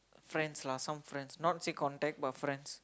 friends lah some friends not say contact but friends